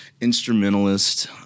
instrumentalist